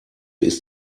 ist